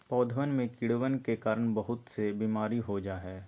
पौधवन में कीड़वन के कारण बहुत से बीमारी हो जाहई